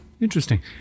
interesting